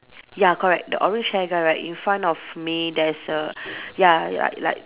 ya correct the orange hair girl right in front of me there's a ya like like